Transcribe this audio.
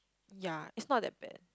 ya is not that bad